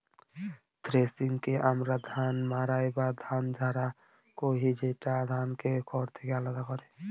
থ্রেশিংকে আমরা ধান মাড়াই বা ধান ঝাড়া কহি, যেটা ধানকে খড় থেকে আলাদা করে